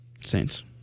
Saints